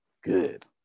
Good